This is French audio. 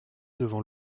devant